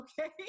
okay